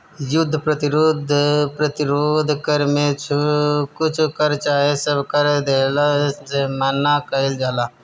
युद्ध प्रतिरोध कर में कुछ कर चाहे सब कर देहला से मना कईल जाला